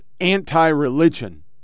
anti-religion